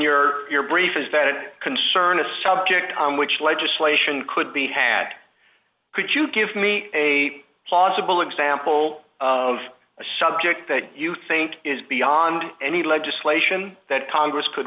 your your brief is that a concern a subject on which legislation could be had could you give me a plausible example of a subject that you think is beyond any legislation that congress could